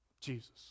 Jesus